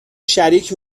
شریک